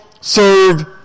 serve